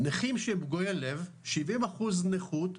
נכים שהם פגועי לב 70% נכות,